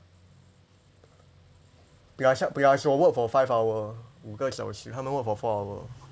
plus plus 我 work for five hour 五个小时他们 work for four hour